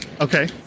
Okay